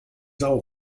sau